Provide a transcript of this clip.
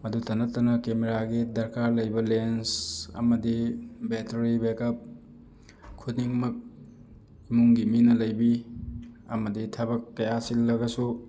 ꯃꯗꯨꯇ ꯅꯠꯇꯅ ꯀꯦꯃꯦꯔꯥꯒꯤ ꯗꯔꯀꯥꯔ ꯂꯩꯕ ꯂꯦꯟꯁ ꯑꯃꯗꯤ ꯕꯦꯇ꯭ꯔꯤ ꯕꯦꯛꯀꯞ ꯈꯨꯗꯤꯡꯃꯛ ꯏꯃꯨꯡꯒꯤ ꯃꯤꯅ ꯂꯩꯕꯤ ꯑꯃꯗꯤ ꯊꯕꯛ ꯀꯌꯥ ꯆꯤꯜꯂꯒꯁꯨ